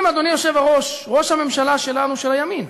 אם אדוני, היושב-ראש, ראש הממשלה שלנו, של הימין,